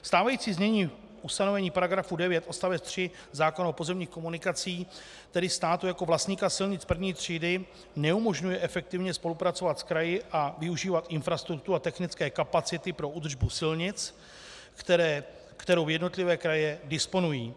Stávající znění ustanovení § 9 odst. 3 zákona o pozemních komunikacích tedy státu jako vlastníku silnic první třídy neumožňuje efektivně spolupracovat s kraji a využívat infrastrukturu a technické kapacity pro údržbu silnic, kterou jednotlivé kraje disponují.